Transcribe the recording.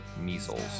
measles